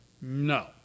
No